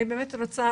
אני באמת רוצה,